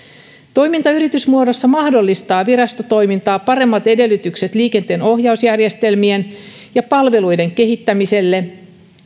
toiminta yritysmuodossa mahdollistaa virastotoimintaa paremmat edellytykset liikenteenohjausjärjestelmien ja palveluiden kehittämiselle